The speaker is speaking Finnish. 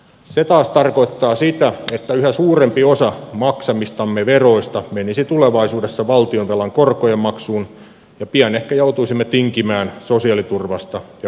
se taas tarkoittaa sitä että yhä suurempi osa maksamistamme veroista menisi tulevaisuudessa valtionvelan korkojen maksuun ja pian ehkä joutuisimme tinkimään sosiaaliturvasta ja